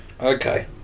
Okay